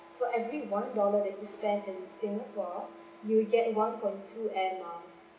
for every one dollar that you spent in singapore you will get one point two air miles